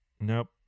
nope